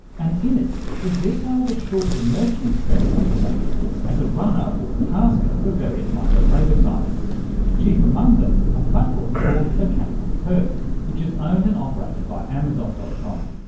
and in it he detailed a short immersion experiment he conducted as a runner or tasker for various micro-labour sites. chief among them a platform called mechanical turk which is owned and operated by amazon. com.